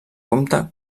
compte